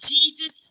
Jesus